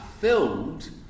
filled